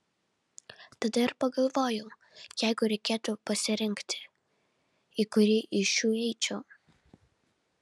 tada ir pagalvojau jeigu reikėtų pasirinkti į kurį iš šių eičiau